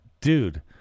dude